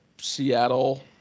Seattle